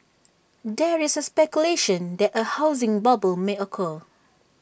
there is speculation that A housing bubble may occur